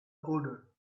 odor